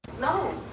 No